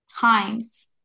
times